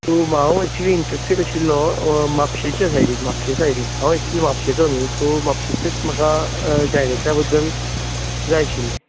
so हांव actually interested आशिल्लो म्हापशेंच्या सायडीन म्हापशें सायडीन हांव ऍक्चुली म्हापशेचो न्ही सो म्हापशेचें म्हाका डायलॅक्टा बद्दल जाय आशिल्लें